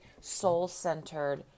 soul-centered